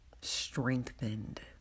strengthened